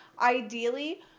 Ideally